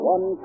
One